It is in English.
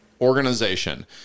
organization